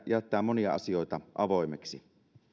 jättää monia asioita avoimeksi